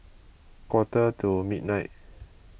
quarter to midnight